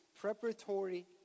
preparatory